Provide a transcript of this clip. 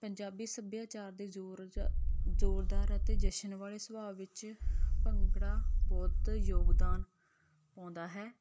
ਪੰਜਾਬੀ ਸੱਭਿਆਚਾਰ ਦੇ ਜ਼ੋਰਜ ਜ਼ੋਰਦਾਰ ਅਤੇ ਜਸ਼ਨ ਵਾਲੇ ਸੁਭਾਅ ਵਿੱਚ ਭੰਗੜਾ ਬਹੁਤ ਯੋਗਦਾਨ ਪਾਉਂਦਾ ਹੈ